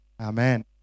Amen